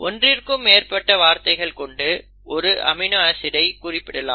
ஒன்றிற்கும் மேற்பட்ட வார்த்தைகளைக் கொண்டு ஒரு அமினோ ஆசிடை குறிப்பிடலாம்